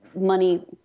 money